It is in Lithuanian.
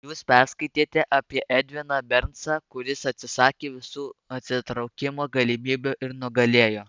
jūs perskaitėte apie edviną bernsą kuris atsisakė visų atsitraukimo galimybių ir nugalėjo